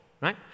right